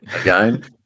Again